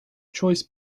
choice